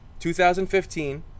2015